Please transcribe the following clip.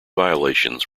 violations